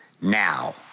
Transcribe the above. now